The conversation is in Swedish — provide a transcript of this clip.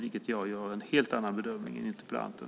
Där gör jag en helt annan bedömning än interpellanten.